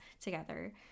together